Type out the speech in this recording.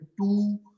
two